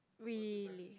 really